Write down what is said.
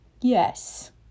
Yes